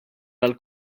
għal